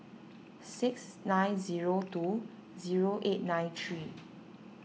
six nine zero two zero eight nine three